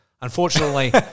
Unfortunately